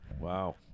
wow